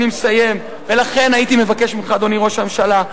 לכן הייתי מבקש ממך, אדוני ראש הממשלה,